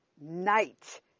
night